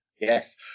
Yes